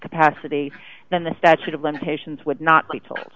capacity then the statute of limitations would not